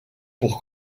pour